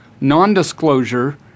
non-disclosure